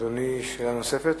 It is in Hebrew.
אדוני, שאלה נוספת?